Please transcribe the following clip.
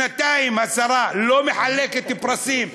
שנתיים השרה לא מחלקת פרסים,